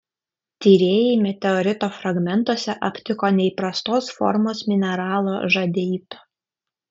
tyrėjai meteorito fragmentuose aptiko neįprastos formos mineralo žadeito